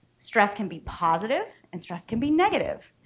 stress can be positive and stress can be negative,